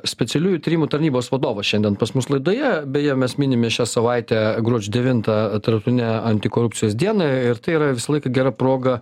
specialiųjų tyrimų tarnybos vadovas šiandien pas mus laidoje beje mes minime šią savaitę gruodžio devintą tarptautinę antikorupcijos dieną ir tai yra visą laiką gera proga